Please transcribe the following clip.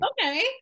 Okay